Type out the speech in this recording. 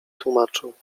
tłumaczył